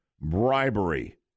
bribery